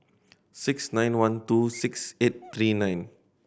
six nine one two six eight three nine